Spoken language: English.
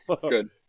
good